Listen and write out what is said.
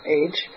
age